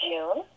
June